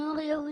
מאור יהודה.